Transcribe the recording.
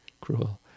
cruel